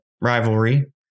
rivalry